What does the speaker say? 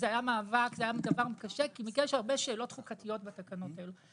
היה מאבק והיה קשה בגלל שעלו המון שאלות חוקתיות בתקנות האלה.